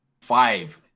five